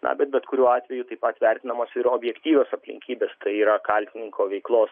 na bet bet kuriuo atveju taip pat vertinamas ir objektyvios aplinkybės tai yra kaltininko veiklos